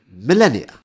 millennia